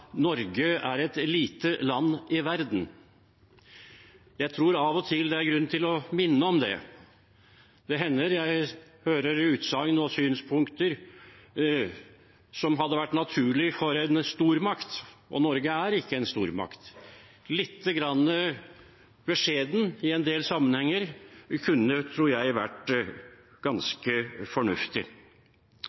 Norge er et lite land i verden. Jeg tror av og til det er grunn til å minne om det. Det hender jeg hører utsagn og synspunkter som hadde vært naturlig for en stormakt – og Norge er ikke en stormakt. Litt beskjedenhet i en del sammenhenger, tror jeg kunne vært ganske fornuftig.